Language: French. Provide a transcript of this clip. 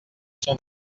sont